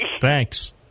Thanks